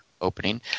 opening